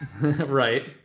Right